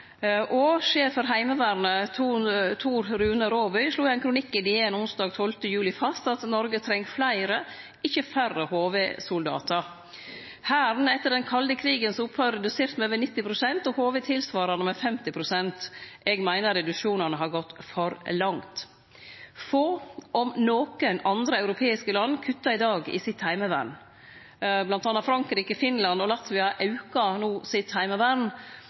og sjef for Heimevernet, Tor Rune Raabye, slo i ein kronikk i DN onsdag 12. juli fast at Noreg treng fleire, ikkje færre HV-soldatar. Hæren er etter den kalde krigens opphøyr redusert med over 90 pst., og HV tilsvarande med 50 pst. Eg meiner reduksjonane har gått for langt. Få, om nokre, andre europeiske land kuttar i dag i sitt heimevern. Blant anna Frankrike, Finland og Latvia aukar no sitt heimevern,